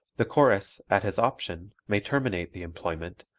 the chorus, at his option, may terminate the employment,